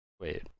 wait